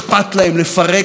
אזרחי ישראל,